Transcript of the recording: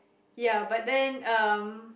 ya but then um